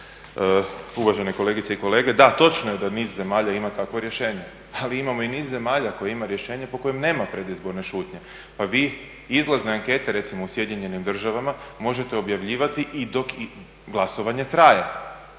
Uvažene kolegice i kolege, da točno je da niz zemalja ima takvo rješenje. Ali imamo i niz zemalja koje ima rješenje po kojem nema predizborne šutnje pa vi izlazne ankete recimo u Sjedinjenim Državama možete objavljivati dok glasovanje traje.